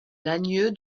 lagnieu